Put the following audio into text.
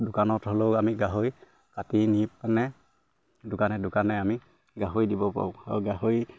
দোকানত হ'লেও আমি গাহৰি কাটি নি পানে দোকানে দোকানে আমি গাহৰি দিব পাৰোঁ আৰু গাহৰি